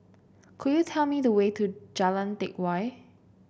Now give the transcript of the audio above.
could you tell me the way to Jalan Teck Whye